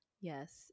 Yes